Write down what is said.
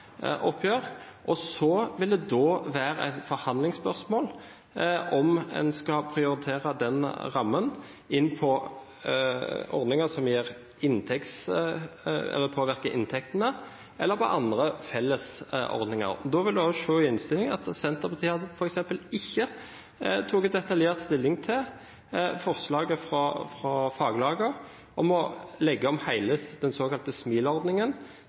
oppgjør på linje med fjorårets oppgjør. Det vil da være et forhandlingsspørsmål om en skal prioritere den rammen inn på ordninger som påvirker inntektene eller på andre fellesordninger. Da vil en også se i innstillingen at Senterpartiet f.eks. ikke har tatt detaljert stilling til forslagene fra faglagene om å legge om hele den såkalte